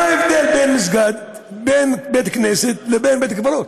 מה ההבדל בין מסגד או בית-כנסת לבין בית-קברות?